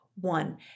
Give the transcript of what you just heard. One